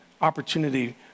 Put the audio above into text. opportunity